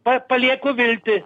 pa palieku viltį